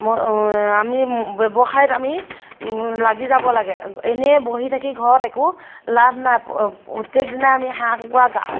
মই আমি ব্যৱসায়ত আমি লাগি যাব লাগে এনেই বহি থাকি ঘৰত একো লাভ নাই প প্ৰত্যেক দিনাই আমি হাঁহ কুকুৰা গাহ্